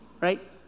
right